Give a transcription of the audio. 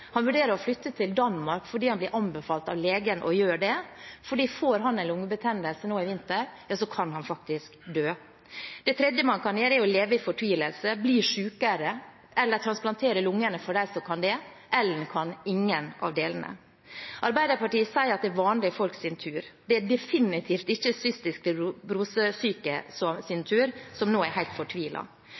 Han vurderer å flytte til Danmark. Han ble anbefalt av legen å gjøre det, for får han en lungebetennelse nå i vinter, så kan han faktisk dø. Man kan leve i fortvilelse, bli sykere eller få transplantert lunger for dem som kan det. Ellen kan ingen av delene. Arbeiderpartiet sier det er vanlige folks tur. Det er definitivt ikke cystisk fibrose-syke sin tur – og de er nå helt fortvilet. Mener statsråden det er